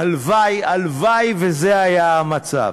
הלוואי, הלוואי שזה היה המצב.